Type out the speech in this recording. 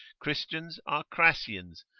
christians are crassians,